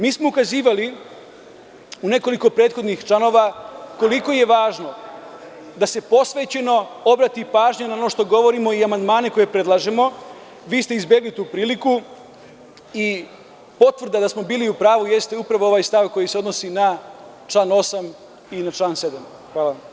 Mi smo ukazivali u nekoliko prethodnih članova koliko je važno da se posvećeno obrati pažnja na ono što govorimo i amandmane koje predlažemo, vi ste izbegli tu priliku i potvrda da smo bili u pravu jeste upravo ovaj stav koji se odnosi na član 8. i na član 7. Hvala.